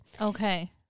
okay